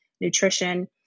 nutrition